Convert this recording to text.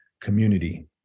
community